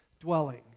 dwelling